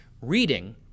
reading